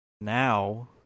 now